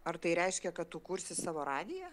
ar tai reiškia kad tu kursi savo radiją